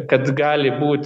kad gali būt